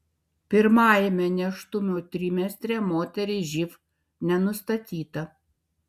pirmajame nėštumo trimestre moteriai živ nenustatyta